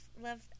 love